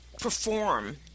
perform